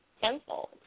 tenfold